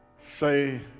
say